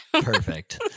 Perfect